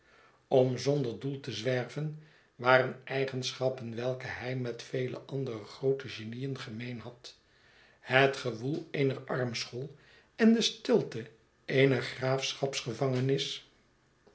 om zonder doel om te zwerven waren eigenschappen welke hij met vele andere groote genieen gemeen had het gewoel eener armschool en de stilte eener